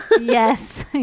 Yes